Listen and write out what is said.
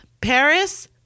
Paris